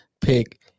pick